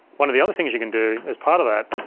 one of the other things you can do as part of that,